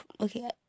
Okay